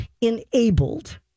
enabled